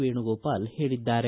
ವೇಣುಗೋಪಾಲ್ ಹೇಳಿದ್ದಾರೆ